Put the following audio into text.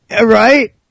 Right